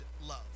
love